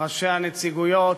ראשי הנציגויות,